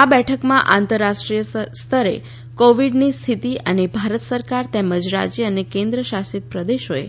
આ બેઠકમાં આંતરરાષ્ટ્રીય સ્તરે કોવિડની સ્થિતિ અને ભારત સરકાર તેમજ રાજ્ય અને કેન્દ્ર શાસિત પ્રદેશોએ